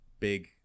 big